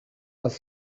was